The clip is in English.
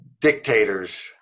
dictators